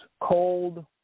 cold